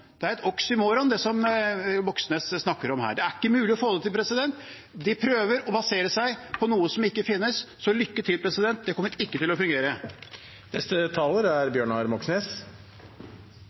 Det er et oksymoron det Moxnes snakker om her. Det er ikke mulig å få det til. De prøver å basere seg på noe som ikke finnes. Så lykke til – det kommer ikke til å fungere!